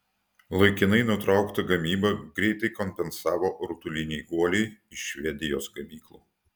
laikinai nutrauktą gamybą greitai kompensavo rutuliniai guoliai iš švedijos gamyklų